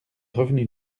revenu